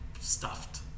stuffed